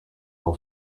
all